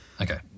Okay